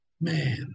man